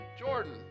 Jordan